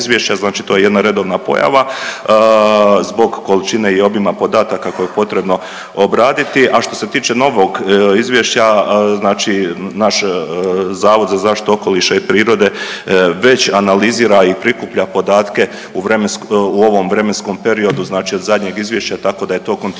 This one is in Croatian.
znači to je jedna redovna pojava zbog količine i obima podataka koje je potrebno obraditi. A što se tiče novog izvješća znači naš Zavod za zaštitu okoliša i prirode već analizira i prikuplja podatke u ovom vremenskom periodu od zadnjeg izvješća tako da je to kontinuirani